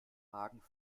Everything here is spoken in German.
hagen